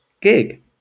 gig